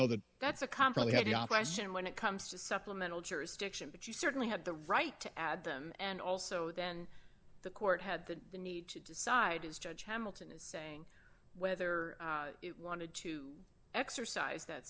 know that that's a company had a operation when it comes to supplemental jurisdiction but you certainly have the right to add them and also then the court had the need to decide is judge hamilton is saying whether it wanted to exercise that